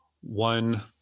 one